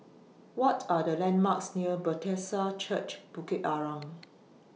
What Are The landmarks near Bethesda Church Bukit Arang